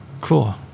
Cool